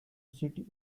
city